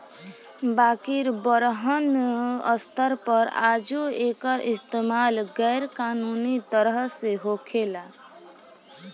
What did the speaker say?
बाकिर बड़हन स्तर पर आजो एकर इस्तमाल गैर कानूनी तरह से होखेला